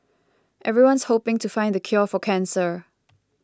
everyone's hoping to find the cure for cancer